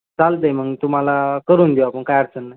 चालत आहे मग तुम्हाला करून घेऊ आपण काय अडचण नाही